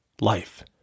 Life